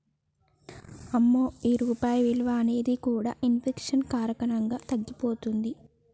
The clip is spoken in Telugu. అమ్మో ఈ రూపాయి విలువ అనేది కూడా ఇన్ఫెక్షన్ కారణంగా తగ్గిపోతుంది